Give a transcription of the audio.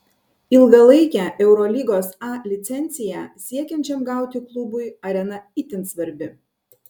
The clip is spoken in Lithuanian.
ilgalaikę eurolygos a licenciją siekiančiam gauti klubui arena itin svarbi